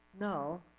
No